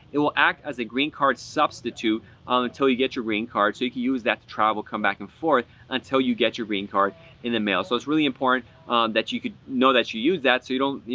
it will act as a green card substitute um until you get your green card. so you can use that to travel, come back and forth, until you get your green card in the mail. so it's really important that you could know that you use that so you don't, you